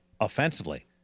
offensively